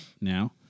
now